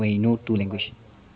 when you know two language